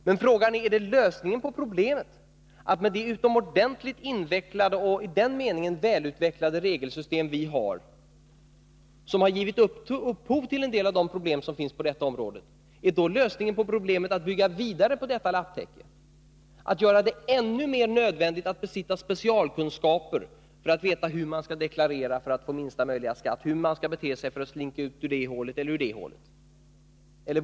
Men frågan är: Är det lösningen på problemet att, med det utomordentligt invecklade och i den meningen välutvecklade regelsystem vi har, som har givit upphov till en del av de problem som finns på detta område, bygga vidare på lapptäcket, att göra det ännu mer nödvändigt att besitta Nr 49 specialkunskaper för att veta hur man skall deklarera för att få minsta möjliga Tisdagen den skatt, hur man skall bete sig för att slinka ut genom det ena hålet eller det 14 december 1982 andra?